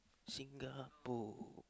Singapore